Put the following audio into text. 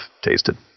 tasted